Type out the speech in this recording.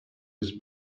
was